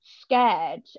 scared